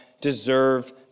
deserve